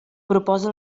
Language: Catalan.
proposa